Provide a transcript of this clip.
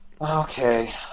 Okay